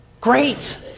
Great